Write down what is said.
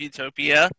Utopia